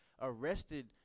arrested